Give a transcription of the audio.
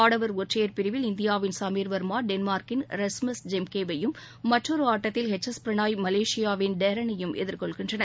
ஆடவர் ஒற்றையர் பிரிவில் இந்தியாவின் சமீர் வர்மா டென்மார்க்கின் ரெஸ்மஸ் ஜெம்கே வையும் மற்றொரு ஆட்டத்தில் எச் எஸ் பிரனாய் மலேசியாவின் டேரனையும் எதிர்கொள்கின்றனர்